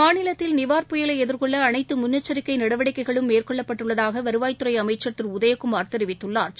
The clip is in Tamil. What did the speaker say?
மாநிலத்தில் புயலைஎதிர்கொள்ளஅனைத்துமுன்னெச்சரிக்கைநடவடிக்கைகளும் நிவார் மேற்கொள்ளப்பட்டுள்ளதாகவருவாய்த்துறைஅமைச்சா் திருஉதயகுமாா் தெிவித்துள்ளாா்